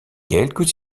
quelques